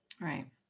Right